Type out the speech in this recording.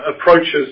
approaches